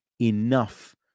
enough